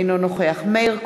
אינו נוכח מאיר כהן,